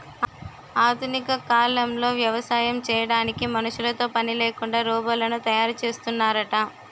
ఆధునిక కాలంలో వ్యవసాయం చేయడానికి మనుషులతో పనిలేకుండా రోబోలను తయారు చేస్తున్నారట